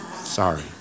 Sorry